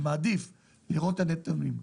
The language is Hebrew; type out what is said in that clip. אני מעדיף לראות את הנתונים,